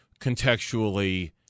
contextually